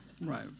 Right